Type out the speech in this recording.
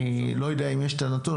לא יודע אם יש הנתון.